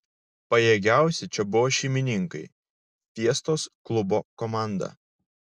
pajėgiausi čia buvo šeimininkai fiestos klubo komanda